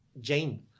Jane